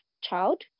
child